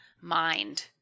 mind